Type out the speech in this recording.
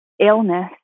illness